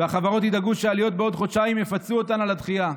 והחברות ידאגו שהעליות בעוד חודשיים יפצו אותן על הדחייה.